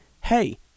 hey